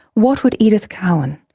what would edith cowan,